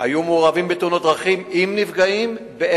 היו מעורבים בתאונות דרכים עם נפגעים 492 נהגים שהיו בפסילה,